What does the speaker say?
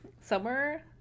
Summer